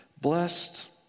Blessed